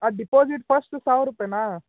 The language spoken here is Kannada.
ಅದು ಡಿಪಾಸಿಟ್ ಫಸ್ಟ್ ಸಾವಿರ ರೂಪಾಯಿನಾ